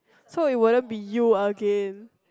so it wouldn't be you again